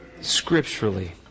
scripturally